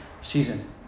season